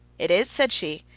it is said she.